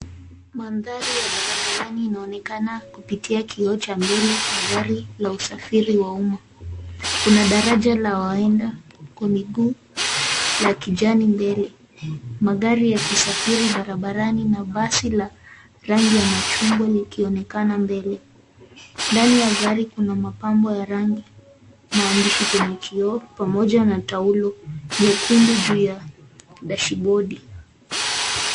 Mandhari ya barabarani inaonekana kupitia kioo cha mbele cha gari la usafiri wa uma. Kuna daraja la waenda kwa miguu la kijani mbele. Magari yakisafiri barabarani na basi la rangi ya machungwa likionekana mbele. Ndani ya gari kuna mapambo ya rangi maandishi kwenye kioo pamoja na taulo nyekundu juu ya dashi bodi.